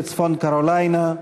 בצפון-קרוליינה.